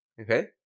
okay